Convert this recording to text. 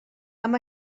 amb